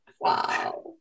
Wow